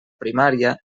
primària